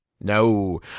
No